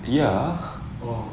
ya